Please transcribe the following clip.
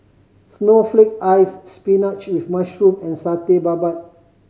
snowflake ice spinach with mushroom and Satay Babat